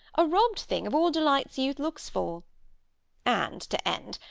a robb'd thing of all delights youth looks for and to end,